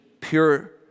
pure